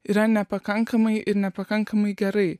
yra nepakankamai ir nepakankamai gerai